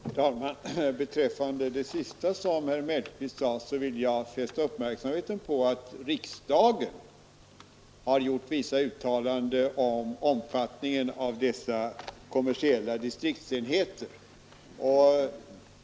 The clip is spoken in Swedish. Herr talman! Beträffande det sista som herr Mellqvist sade vill jag fästa uppmärksamheten på att riksdagen har gjort vissa uttalanden rörande omfattningen av dessa kommersiella distriktsenheter.